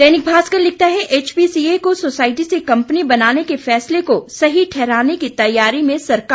दैनिक भास्कर लिखता है एचपीसीए को सोसायटी से कंपनी बनाने के फैसले को सही ठहराने की तैयारी में सरकार